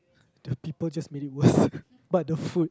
the people just made it worst but the food